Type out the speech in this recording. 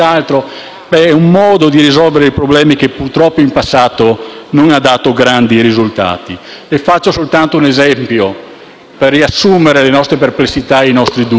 è un modo di risolvere i problemi che purtroppo in passato non ha dato grandi risultati. Faccio soltanto un esempio, per riassumere le nostre perplessità e i nostri dubbi: